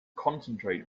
concentrate